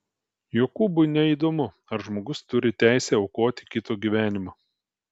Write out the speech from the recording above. jokūbui neįdomu ar žmogus turi teisę aukoti kito gyvenimą